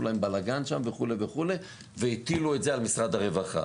להם בלגן שם וכו' וכו' והטילו את זה על משרד הרווחה.